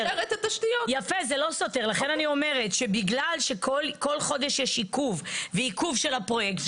לכן אני אומרת שבגלל שכל חודש יש עיכוב ועיכוב של הפרויקט,